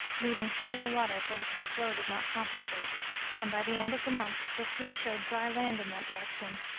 leaving shallow water for which the flow did not compensate and by the end of the month the sea showed dry land in that direction.